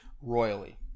royally